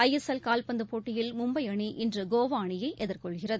ஐஸ்எல்எல் கால்பந்துப் போட்டியில் மும்பை அணி இன்று கோவா அணியை எதிர்கொள்கிறது